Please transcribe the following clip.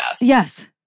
Yes